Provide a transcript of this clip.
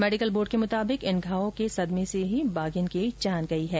medical board के मुताबिक इन घावों के सदमे से ही बाधिन की जान गई है